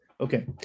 Okay